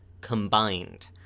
combined